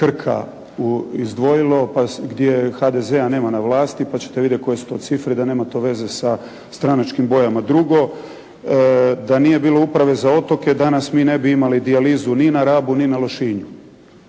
Krka u, izdvojilo pa gdje HDZ-a nema na vlasti pa ćete vidjeti koje su to cifre da nema to veze sa stranačkim bojama. Drugo, da nije bilo uprave za otoke danas mi ne bi imali dijalizu ni na Rabu ni na Lošinju.